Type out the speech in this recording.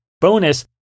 Bonus